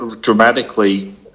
dramatically